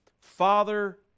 Father